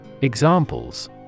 Examples